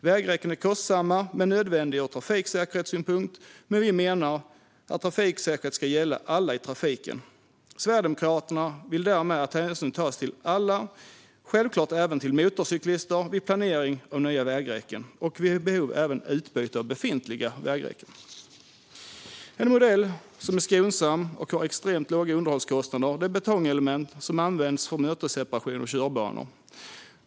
Vägräcken är kostsamma men nödvändiga ur trafiksäkerhetssynpunkt. Vi menar dock att trafiksäkerhet ska gälla alla i trafiken. Sverigedemokraterna vill därför att hänsyn ska tas till alla, självklart även till motorcyklister, vid planering av nya vägräcken. Detta gäller även, vid behov, utbyte av befintliga vägräcken. En modell som är skonsam och har extremt låga underhållskostnader är de betongelement som används för mötesseparation av körbanor.